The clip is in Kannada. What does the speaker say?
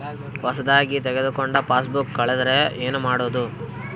ಹೊಸದಾಗಿ ತೆಗೆದುಕೊಂಡ ಪಾಸ್ಬುಕ್ ಕಳೆದರೆ ಏನು ಮಾಡೋದು?